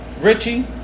Richie